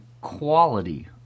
quality